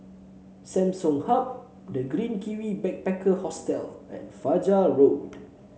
Samsung Hub The Green Kiwi Backpacker Hostel and Fajar Road